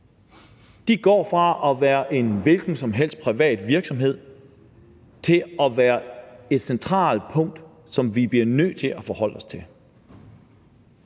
De går fra at være en hvilken som helst privat virksomhed til at være et centralt punkt, som vi bliver nødt til at forholde os til.